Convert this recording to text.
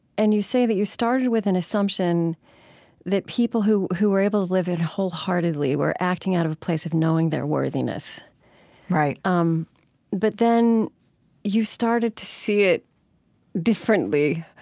and you say that you started with an assumption that people who who were able to live it wholeheartedly were acting out of a place of knowing their worthiness right um but then you started to see it differently.